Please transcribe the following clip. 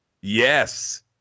yes